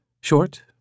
Short